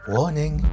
Warning